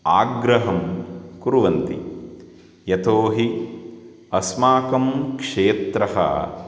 आग्रहं कुर्वन्ति यतोहि अस्माकं क्षेत्रः